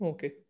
Okay